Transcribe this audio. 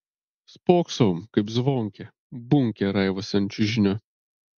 spoksau kaip zvonkė bunkė raivosi ant čiužinio